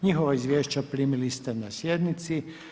Njihova izvješća primili ste na sjednici.